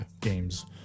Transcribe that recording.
games